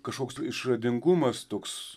kažkoks tai išradingumas toks